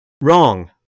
wrong